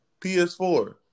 PS4